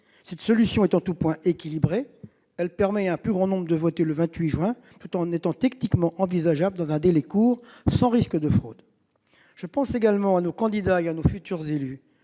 Cette solution est en tout point équilibrée. Elle permettra au plus grand nombre de voter le 28 juin et elle est techniquement envisageable dans un délai court, sans risque de fraude. Ensuite, je pense à nos candidats, à nos futurs élus,